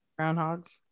groundhogs